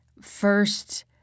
first